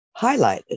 highlighted